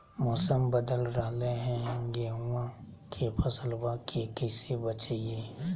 मौसम बदल रहलै है गेहूँआ के फसलबा के कैसे बचैये?